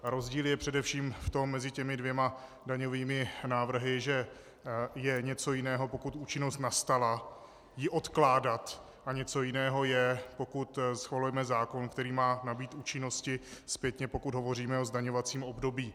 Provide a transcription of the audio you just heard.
Rozdíl je především v tom mezi těmi dvěma daňovými návrhy, že je něco jiného, pokud účinnost nastala, ji odkládat, a něco jiného je, pokud schvalujeme zákon, který má nabýt účinnosti zpětně, pokud hovoříme o zdaňovací období.